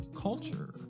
Culture